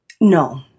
No